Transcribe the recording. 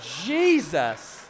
Jesus